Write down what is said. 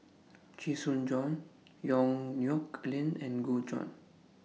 Chee Soon Juan Yong Nyuk Lin and Gu Juan